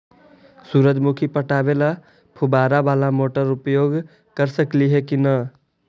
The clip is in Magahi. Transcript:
सुरजमुखी पटावे ल फुबारा बाला मोटर उपयोग कर सकली हे की न?